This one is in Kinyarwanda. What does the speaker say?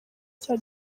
cya